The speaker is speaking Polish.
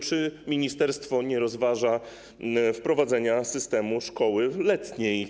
Czy ministerstwo rozważa wprowadzenie systemu szkoły letniej?